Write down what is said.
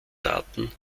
daten